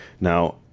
now